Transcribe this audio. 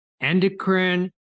endocrine